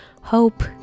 hope